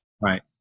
Right